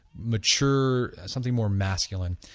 mature something more masculine.